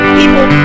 people